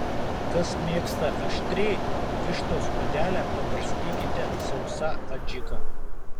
kas mėgsta aštriai vištos odelę pabarstykite sausa adžika